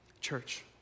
Church